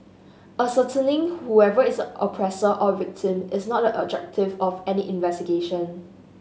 ascertaining whoever is the oppressor or victim is not the objective of any investigation